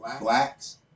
blacks